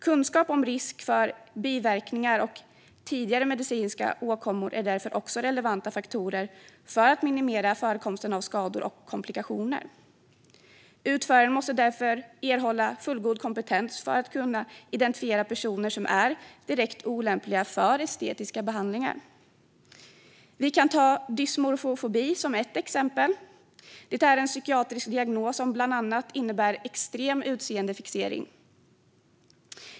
Kunskaper om risk för biverkningar och tidigare medicinska åkommor är därför också relevanta faktorer för att minimera förekomsten av skador och komplikationer. Utföraren måste därför ha fullgod kompetens för att kunna identifiera personer som är direkt olämpliga för estetiska behandlingar. Jag kan ta dysmorfofobi som ett annat exempel. Det är en psykiatrisk diagnos som bland annat innebär extrem utseendefixering.